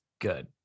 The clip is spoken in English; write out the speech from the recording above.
good